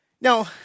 Now